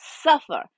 suffer